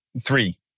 three